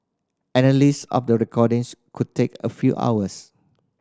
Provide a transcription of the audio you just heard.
analysis of the recordings could take a few hours